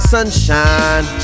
Sunshine